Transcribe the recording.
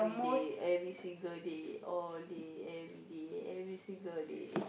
day every single day all day every day every single day